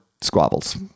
squabbles